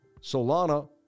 Solana